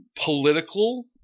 political